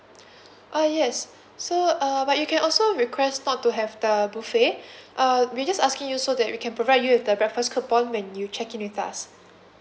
uh yes so uh but you can also request not to have the buffet uh we just asking you so that we can provide you with the breakfast coupon when you check in with us